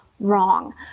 Wrong